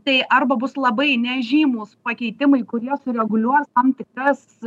tai arba bus labai nežymūs pakeitimai kurie sureguliuos tam tikras